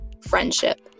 friendship